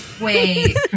wait